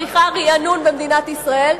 צריכה רענון במדינת ישראל,